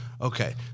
Okay